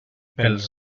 pels